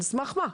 על סמך מה?